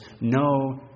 no